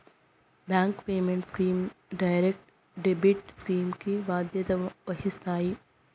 bank payment schemes direct debit scheme కి బాధ్యత వహిస్తాయి